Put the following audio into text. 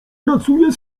pracuje